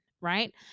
right